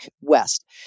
west